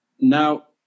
Now